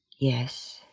Yes